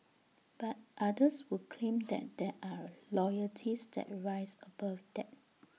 but others would claim that there are loyalties that rise above that